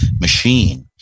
machine